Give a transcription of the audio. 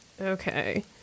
Okay